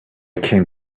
came